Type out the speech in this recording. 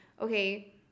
okay